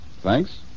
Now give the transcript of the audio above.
Thanks